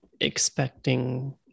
expecting